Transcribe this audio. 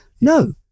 No